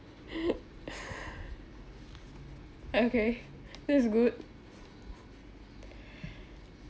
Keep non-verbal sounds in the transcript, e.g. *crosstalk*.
*laughs* okay that's good *breath*